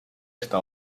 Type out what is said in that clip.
esta